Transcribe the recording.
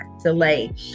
Delay